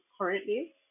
currently